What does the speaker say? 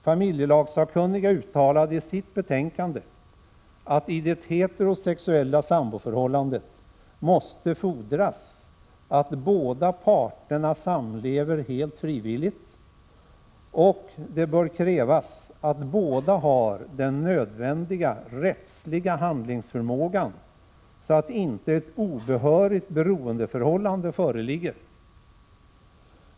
Familjelagssakkunniga uttalade i sitt betänkande att det i det heterosexuella samboförhållandet måste fordras att båda parterna samlever helt frivilligt, och det bör krävas att båda har den nödvändiga rättsliga handlingsförmågan, så att inte ett obehörigt beroendeförhållande föreligger.